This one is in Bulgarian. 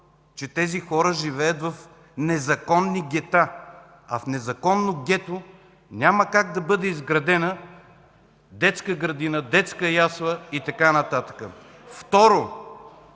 тези хора живеят в незаконни гета, а в незаконно гето няма как да бъде изградена детска градина, детска ясла и така нататък. Второ,